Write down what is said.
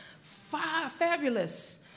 Fabulous